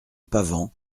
pavant